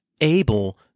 able